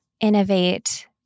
innovate